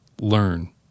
Learn